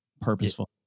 Purposeful